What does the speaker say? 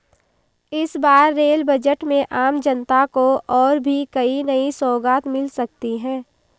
इस बार rail budget में आम जनता को और भी कई नई सौगात मिल सकती हैं